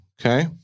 Okay